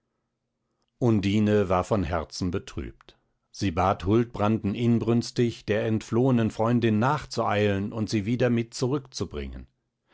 undine war von herzen betrübt sie bat huldbranden inbrünstig der entflohenen freundin nachzueilen und sie wieder mit zurückzubringen